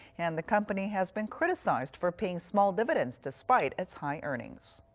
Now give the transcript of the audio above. and the company has been criticized for paying small dividends despite its high earnings.